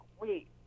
wait